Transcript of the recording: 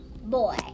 Boy